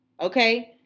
Okay